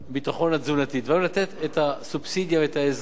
לתת את הסובסידיה או את העזרה לנצרך,